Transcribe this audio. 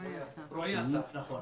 רועי אסף, נכון.